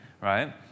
right